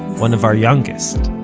one of our youngest.